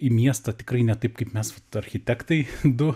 į miestą tikrai ne taip kaip mes architektai du